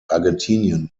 argentinien